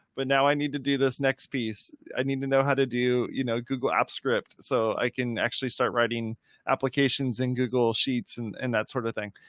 but now i need to do this next piece. i need to know how to do, you know, google apps script, so i can actually start writing applications in google sheets and and that sort of thing.